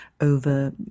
over